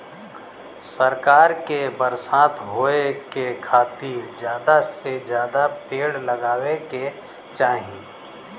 सरकार के बरसात होए के खातिर जादा से जादा पेड़ लगावे के चाही